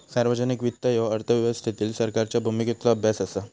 सार्वजनिक वित्त ह्यो अर्थव्यवस्थेतील सरकारच्या भूमिकेचो अभ्यास असा